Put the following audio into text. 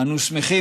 אנו שמחים,